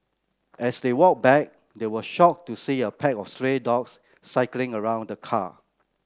as they walked back they were shocked to see a pack of stray dogs circling around the car